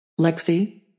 Lexi